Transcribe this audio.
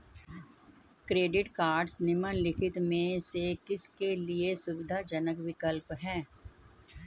Credit cards निम्नलिखित में से किसके लिए सुविधाजनक विकल्प हैं?